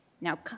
Now